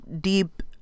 deep